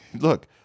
Look